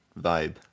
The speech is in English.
vibe